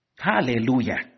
hallelujah